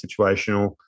situational